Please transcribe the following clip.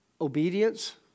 Obedience